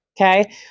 Okay